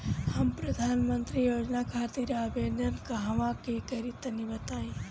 हम प्रधनमंत्री योजना खातिर आवेदन कहवा से करि तनि बताईं?